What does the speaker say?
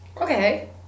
Okay